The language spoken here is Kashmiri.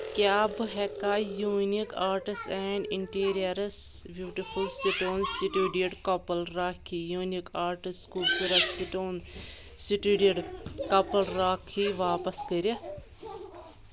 کیٛاہ بہٕٕ ہیٚکا unique arts and interiors beautiful stone studded couple rakhi unique arts خوٗبصوٗرت سٹون سِٹِڈِڈ کپل راکھی واپس کٔرِتھ